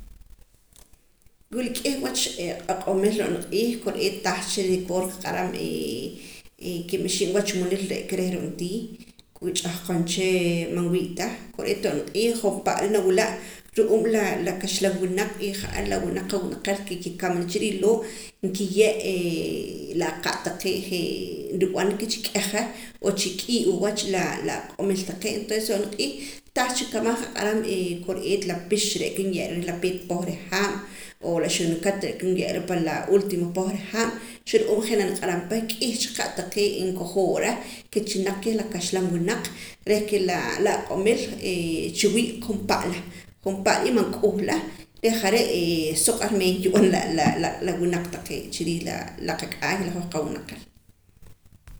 Wula k'ih wach aq'omil ro'na q'iij kore'eet tah cha rukoor nqaq'aram kimixi'm wach munil re'ka ro'ntii wula ch'ahqon cha man wii' ta kore'eet ro'na q'iij jumpa'la nawila' ru'uum la xaklam winaq y ja'ar la winaq qawinaqel ke kikamana chi riij loo' nkiye' la qa' taqee' je' nrib'an ke chik'eja o chik'iiwa wach la aq'omil taqee' entonces ro'na q'iij tah cha kamaj nqaq'aram kore'eet la pix re'ka nye'ra la peet poh reh haab' o la xunakat re'ka nye'ra pan ultimo poh reh haab' xaru'uum je' naniq'aram pa k'ih cha qa' taqee' nkojoora ke chilnaq keh la kaxlam winaq reh ke la aq'omil chiwii' jumpa'la jumpa'la y man k'uhla reh jare' suq ar meeya nkib'an la winaq taqee' chiriij la qak'aay la hoj qawinaqel